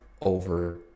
over